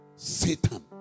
Satan